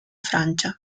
francia